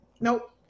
nope